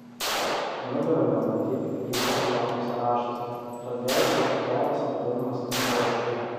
nugaroje matyti kryžiaus formos raštas todėl šis voras vadinamas kryžiuočiu